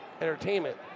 entertainment